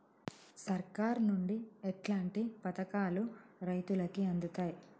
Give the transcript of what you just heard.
సర్కారు నుండి ఎట్లాంటి పథకాలు రైతులకి అందుతయ్?